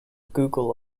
google